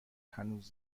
هنوز